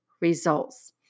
results